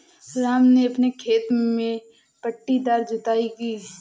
राम ने अपने खेत में पट्टीदार जुताई की